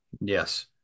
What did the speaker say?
Yes